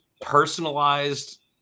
personalized